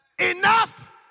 Enough